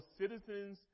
citizens